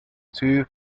two